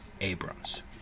Abrams